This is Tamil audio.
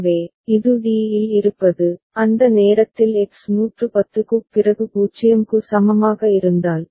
எனவே இது d இல் இருப்பது அந்த நேரத்தில் X 110 க்குப் பிறகு 0 க்கு சமமாக இருந்தால்